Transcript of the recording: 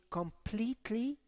completely